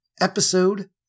episode